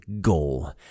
goal